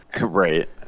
Right